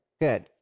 good